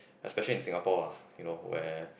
especially in Singapore ah you know where